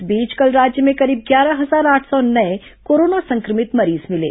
इस बीच कल राज्य में करीब ग्यारह हजार आठ सौ नये कोरोना संक्रमित मरीज मिले